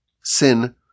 Sin